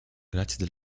grazie